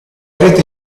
rete